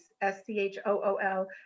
S-C-H-O-O-L